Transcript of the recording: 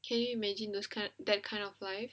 can you imagine those kind that kind of life